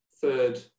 third